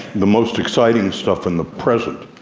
the most exciting stuff in the present,